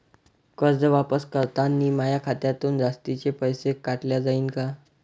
कर्ज वापस करतांनी माया खात्यातून जास्तीचे पैसे काटल्या जाईन का?